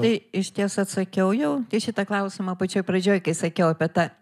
tai išties atsakiau jau į šitą klausimą pačioj pradžioj kai sakiau apie tą